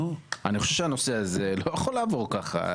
אני חושב שהנושא הזה לא יכול לעבור ככה.